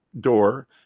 door